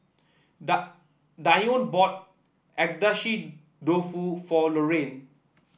Dione bought Agedashi Dofu for Lorraine